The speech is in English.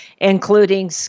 including